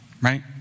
Right